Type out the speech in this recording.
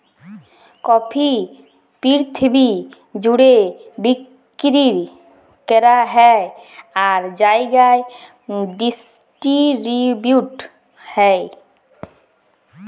coffee পিরথিবি জ্যুড়ে বিক্কিরি ক্যরা হ্যয় আর জায়গায় ডিসটিরিবিউট হ্যয়